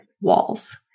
walls